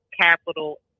capital